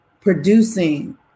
producing